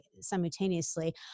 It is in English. simultaneously